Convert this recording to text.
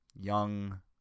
Young